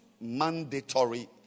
mandatory